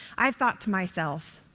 i thought to myself,